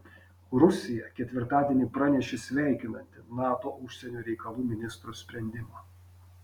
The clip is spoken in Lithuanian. rusija ketvirtadienį pranešė sveikinanti nato užsienio reikalų ministrų sprendimą